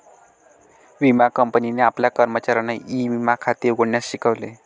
विमा कंपनीने आपल्या कर्मचाऱ्यांना ई विमा खाते उघडण्यास शिकवले